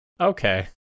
Okay